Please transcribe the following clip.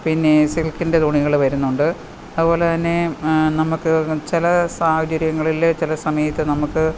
പിന്നെ സിൽക്കിൻ്റെ തുണികൾ വരുന്നുണ്ട് അതുപോലെ തന്നെ നമ്മൾക്ക് ചില സാഹചര്യങ്ങളിൽ ചില സമയത്ത് നമ്മൾക്ക്